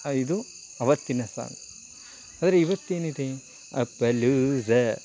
ಆ ಇದು ಆವತ್ತಿನ ಸಾಂಗ್ ಆದರೆ ಇವತ್ತೇನಿದೆ ಅಪ್ಪ ಲೂಸಾ